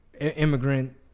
immigrant